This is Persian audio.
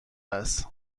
است